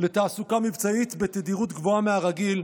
לתעסוקה מבצעית בתדירות גבוהה מהרגיל,